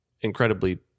incredibly